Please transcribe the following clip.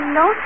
no